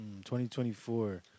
2024